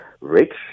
rich